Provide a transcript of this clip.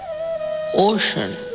ocean